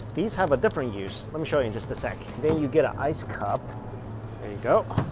these have a different use let me show you in just a sec. then you get an ice cup. there you go.